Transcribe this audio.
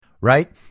right